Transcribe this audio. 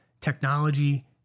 technology